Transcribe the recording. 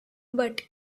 but